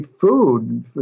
food